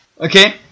Okay